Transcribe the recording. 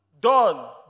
done